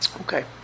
Okay